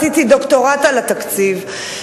עשיתי דוקטורט על התקציב,